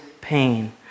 pain